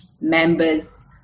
member's